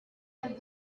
and